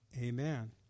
Amen